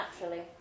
Naturally